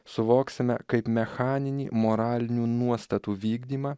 suvoksime kaip mechaninį moralinių nuostatų vykdymą